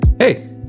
hey